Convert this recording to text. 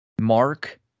Mark